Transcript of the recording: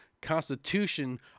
Constitution